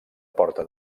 porta